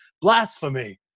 Blasphemy